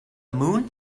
moon